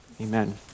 amen